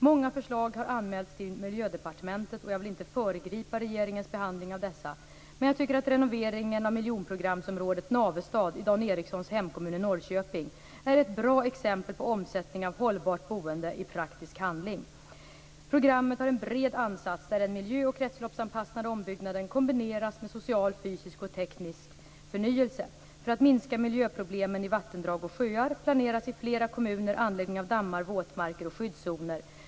Många förslag har anmälts till Miljödepartementet. Jag vill inte föregripa regeringens behandling av dessa. Renoveringen av miljonprogramsområdet Navestad i Dan Ericssons hemkommun Norrköping är ett bra exempel på omsättning av hållbart boende i praktisk handling. Programmet har en bred ansats där den miljö och kretsloppsanpassade ombyggnaden kombineras med social, fysisk och teknisk förnyelse. För att minska miljöproblemen i vattendrag och sjöar planeras i flera kommuner anläggning av dammar, våtmarker och skyddszoner.